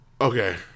Okay